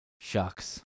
Shucks